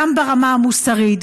גם ברמה המוסרית,